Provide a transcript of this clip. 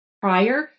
prior